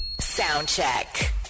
Soundcheck